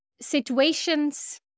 situations